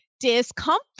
discomfort